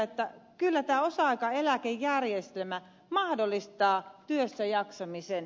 kyllä tämä osa aikaeläkejärjestelmä mahdollistaa työssäjaksamisen